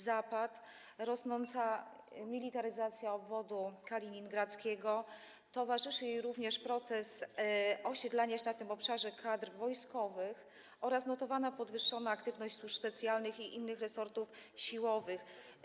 Zapad czy rosnąca militaryzacja obwodu kaliningradzkiego, której towarzyszy proces osiedlania się na tym obszarze kadr wojskowych oraz notowana podwyższona aktywność służb specjalnych i innych resortów siłowych.